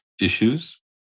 issues